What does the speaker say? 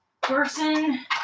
person